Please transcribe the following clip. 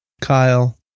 kyle